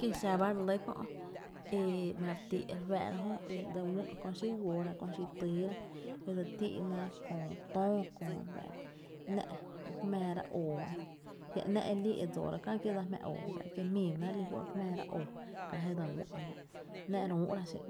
Kie’ xa ba re lɇ kö’ e mare ti re fáá’ra jö e dse wÿ’ kö xi guoora, köö xi týýra e dse tíi’ ná köö töö kö, ‘nⱥ’ re jmáára oo ba ejö jia’ ‘nⱥ’ e lii e dsora kä kié’ dsa jmⱥ oo re fáá’ra, kie’ miiba ná re li fó’ e re jmⱥⱥra oo, ‘nⱥ’ re ü’ra xé’n